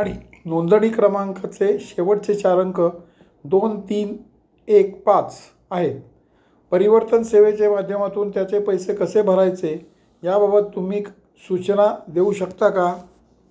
आणि नोंदणी क्रमांकाचे शेवटचे चार अंक दोन तीन एक पाच आहेत परिवहन सेवेच्या माध्यमातून त्याचे पैसे कसे भरायचे याबाबत तुम्ही सूचना देऊ शकता का